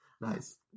Nice